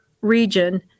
region